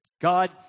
God